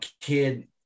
kid